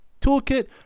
Toolkit